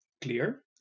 clear